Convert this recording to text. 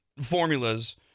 formulas